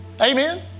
Amen